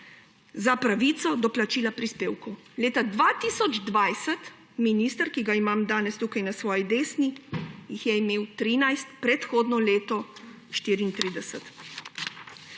za pravico do plačila prispevkov. Leta 2020 minister, ki ga imam danes tukaj na svoji desni, jih je imel 13, predhodno leto 34.